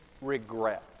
regret